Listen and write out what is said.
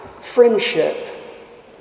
Friendship